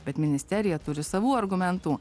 bet ministerija turi savų argumentų